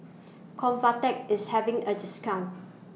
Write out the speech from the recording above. Convatec IS having A discount